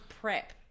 prep